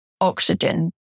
oxygen